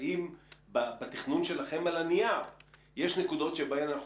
האם בתכנון שלכם על הנייר יש נקודות שבהן אנחנו